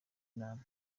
inama